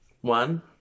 one